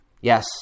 Yes